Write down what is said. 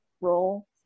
role